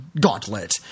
gauntlet